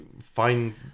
find